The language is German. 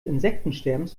insektensterbens